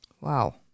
Wow